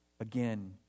again